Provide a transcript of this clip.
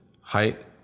height